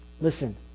Listen